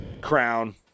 Crown